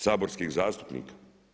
Saborskih zastupnika?